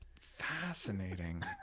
Fascinating